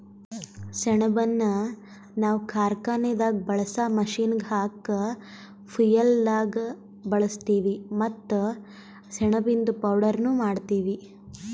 ಸೆಣಬನ್ನ ನಾವ್ ಕಾರ್ಖಾನೆದಾಗ್ ಬಳ್ಸಾ ಮಷೀನ್ಗ್ ಹಾಕ ಫ್ಯುಯೆಲ್ದಾಗ್ ಬಳಸ್ತೀವಿ ಮತ್ತ್ ಸೆಣಬಿಂದು ಪೌಡರ್ನು ಮಾಡ್ತೀವಿ